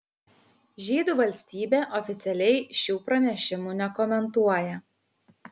žydų valstybė oficialiai šių pranešimų nekomentuoja